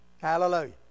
Hallelujah